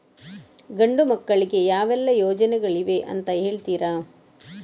ಗಂಡು ಮಕ್ಕಳಿಗೆ ಯಾವೆಲ್ಲಾ ಯೋಜನೆಗಳಿವೆ ಅಂತ ಹೇಳ್ತೀರಾ?